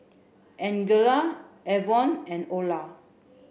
Angella Avon and Olar